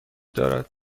دارد